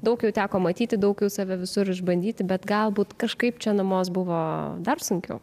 daug jau teko matyti daug jau save visur išbandyti bet galbūt kažkaip čia namuos buvo dar sunkiau